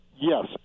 yes